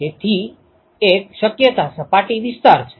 તેથી એક શક્યતા સપાટી વિસ્તાર છે